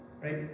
Right